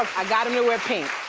i got him to wear pink.